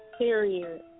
Period